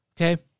Okay